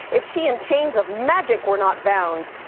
if she and chains of magic were not bound,